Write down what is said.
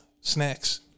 snacks